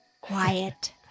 quiet